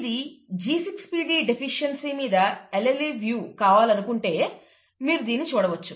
ఇది G6PD deficiency మీద allele పరంగా కావాలనుకుంటే మీరు దీన్ని చూడవచ్చు